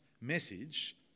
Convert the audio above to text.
message